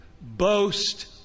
boast